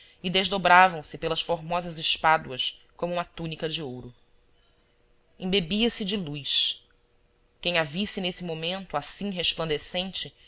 e desdobravam se pelas formosas espáduas como uma túnica de ouro embebia se de luz quem a visse nesse momento assim resplandecente